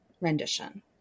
rendition